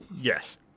Yes